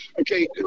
Okay